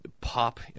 pop